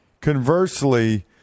conversely